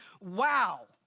Wow